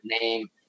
name